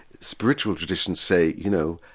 spiritual traditions say, you know,